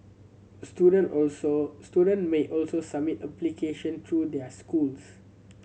student also student may also submit application through their schools